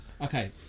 Okay